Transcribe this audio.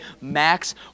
max